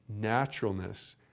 naturalness